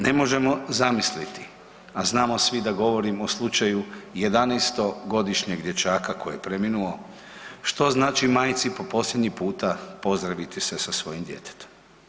Ne možemo zamisliti, a znamo svi da govorimo o slučaju 11-godišnjeg dječaka koji je preminuo, što znači majci po posljednji puta pozdraviti se sa svojim djetetom.